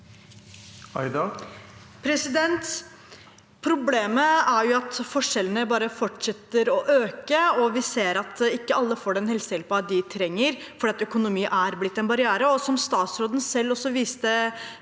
Problemet er at for- skjellene bare fortsetter å øke, og vi ser at ikke alle får den helsehjelpen de trenger, fordi økonomi er blitt en barriere. Som statsråden selv også viste